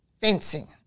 Fencing